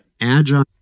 agile